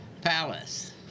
palace